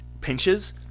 pinches